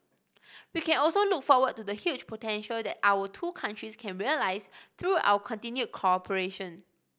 we can also look forward to the huge potential that our two countries can realise through our continued cooperation